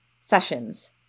sessions